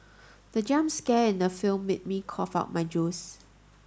the jump scare in the film made me cough out my juice